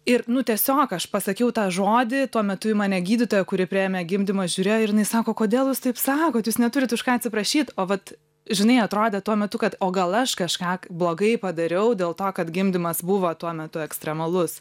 ir nu tiesiog aš pasakiau tą žodį tuo metu į mane gydytoja kuri priėmė gimdymą žiūrėjo ir jinai sako kodėl jūs taip sakot jūs neturit už ką atsiprašyt o vat žinai atrodė tuo metu kad o gal aš kažką blogai padariau dėl to kad gimdymas buvo tuo metu ekstremalus